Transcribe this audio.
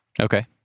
okay